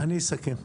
אני אסכם.